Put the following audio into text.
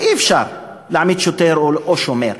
אי-אפשר להעמיד שוטר או שומר.